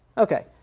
ok.